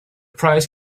prize